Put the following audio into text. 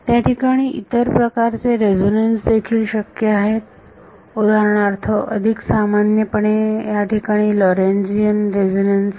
त्या ठिकाणी इतर प्रकारचे रेझोनांस देखील शक्य आहेत उदाहरणार्थ अधिक सामान्यपणे या ठिकाणी आहेत लॉरेन्टीझियन रेझोनांस